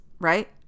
right